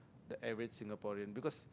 the average Singaporean because